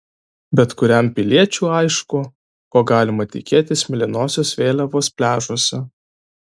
bet kuriam piliečiui aišku ko galima tikėtis mėlynosios vėliavos pliažuose